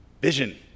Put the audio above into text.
vision